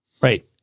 Right